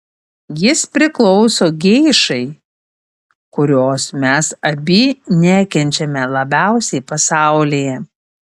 jis priklauso geišai kurios mes abi nekenčiame labiausiai pasaulyje